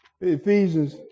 Ephesians